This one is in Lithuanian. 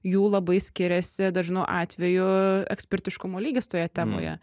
jų labai skiriasi dažnu atveju ekspertiškumo lygis toje temoje